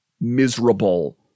miserable